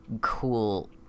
cool